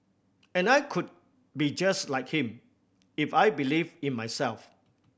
and I could be just like him if I believed in myself